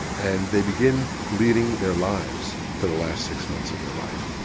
and they begin leading their lives for the last six months of their life,